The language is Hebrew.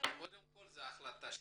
קודם כול זאת החלטה שלך.